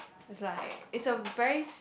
it's like it's a very s~